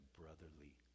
brotherly